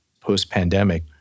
post-pandemic